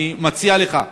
אני מציע לך,